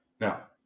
Now